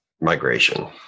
migration